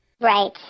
Right